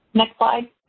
next slide.